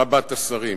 רבת השרים.